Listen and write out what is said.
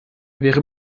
wäre